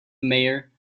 mayor